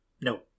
No